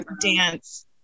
dance